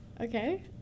Okay